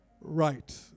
Right